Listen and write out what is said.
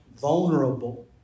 vulnerable